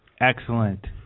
Excellent